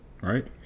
right